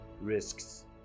risks